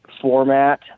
format